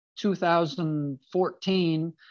2014